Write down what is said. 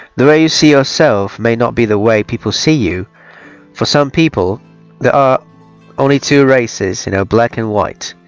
the way you see yourself may not be the way people see you for some people there are only two races you know black and white